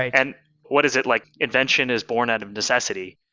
and what is it like? invention is born out of necessity.